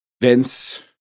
Vince